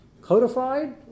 codified